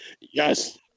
Yes